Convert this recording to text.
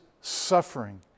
suffering